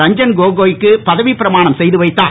ரஞ்சன் கோகோய்க்கு பதவிப் பிரமானம் செய்து வைத்தார்